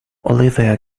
olivia